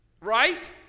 Right